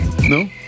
no